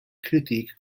critique